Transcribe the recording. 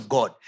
God